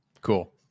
Cool